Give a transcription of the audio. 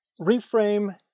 Reframe